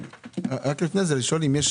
אדוני היושב-ראש, אם יש